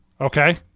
okay